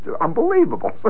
unbelievable